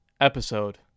episode